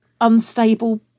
unstable